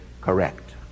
correct